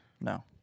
no